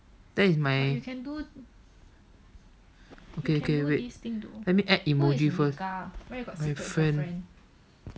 that is my okay okay wait let me add emoji first my friend